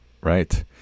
Right